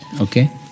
okay